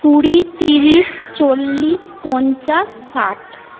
কুড়ি তিরিশ চল্লিশ পঞ্চাশ ষাট